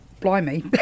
blimey